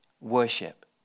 worship